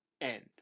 end